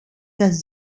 das